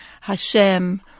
Hashem